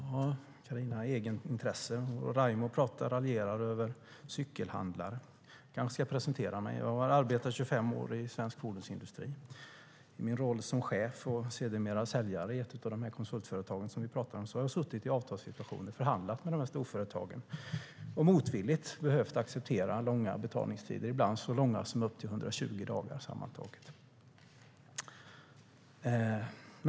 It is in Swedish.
Herr talman! Carina talar om egenintresse och Raimo raljerar över cykelhandlare. Jag kanske ska presentera mig. Jag har arbetat 25 år inom svensk fordonsindustri. I min roll som chef och sedermera säljare i ett av de konsultföretag som vi talar om har jag varit i avtalssituationer och förhandlat med storföretagen. Jag har då motvilligt behövt acceptera långa betalningstider, ibland så långa som 120 dagar sammantaget.